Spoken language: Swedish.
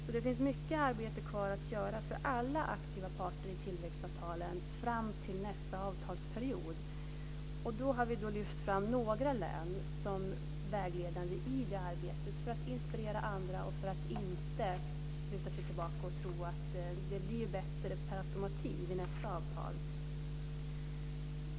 Så det finns mycket arbete kvar att göra för alla aktiva parter i tillväxtavtalen fram till nästa avtalsperiod. Vi har då lyft fram några län som vägledande i det arbetet för att inspirera andra och för att man inte ska luta sig tillbaka och tro att det blir bättre per automatik i nästa avtal.